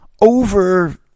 over